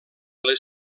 les